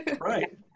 right